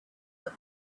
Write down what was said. that